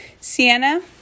Sienna